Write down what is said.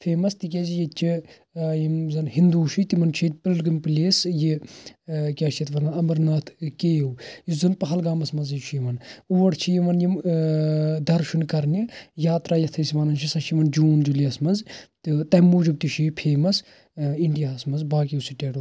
famous تِکیٛازِ ییٚتہِ چھِ ٲں یِم زن ہنٛدو چھِ تِمن چھُ ییٚتہِ پلگرٛم پٕلیس یہِ ٲں کیٛاہ چھِ اتھ ونان امرناتھ کیو یُس زَن پہلگامس منٛزٕے چھِ یِوان اوٗر چھِ یِوان ٲں درشُن کرنہِ یاترا یتھ أسۍ ونان چھِ سُۄ چھِ یِوان جوٗن جلیَس منٛز تہٕ تمہِ موٗجوٗب تہِ چھُ یہِ فیمس ٲں انڈیا ہس منٛز باقیو سِٹیٹو کھۄتہٕ